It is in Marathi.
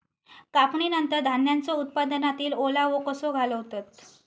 कापणीनंतर धान्यांचो उत्पादनातील ओलावो कसो घालवतत?